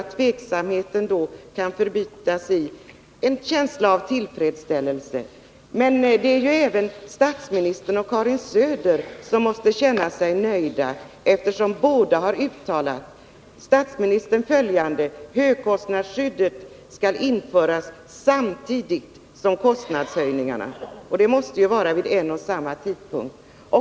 Tveksamheten kan då förbytasi en känsla av tillfredsställelse. Även statsministern och Karin Söder måste då känna sig nöjda. Statsministern har uttalat att högkostnadsskyddet skall införas samtidigt med kostnadshöjningarna. Det måste ju innebära en och samma tidpunkt.